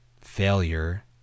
failure